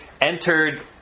entered